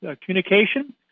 Communication